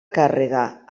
càrrega